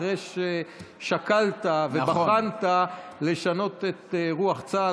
אחרי ששקלת ובחנת לשנות את רוח צה"ל,